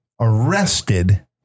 arrested